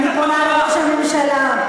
אני פונה לראש הממשלה.